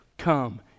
come